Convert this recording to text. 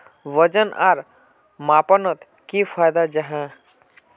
वजन आर मापनोत की फायदा जाहा?